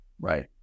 Right